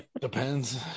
Depends